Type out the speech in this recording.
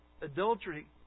adultery